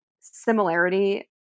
similarity